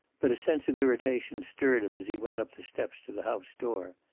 but a sense of irritation stirred him as he went up the steps to the house door.